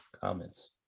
comments